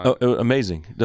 Amazing